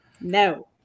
No